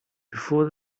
before